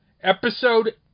episode